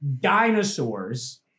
dinosaurs